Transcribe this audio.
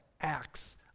acts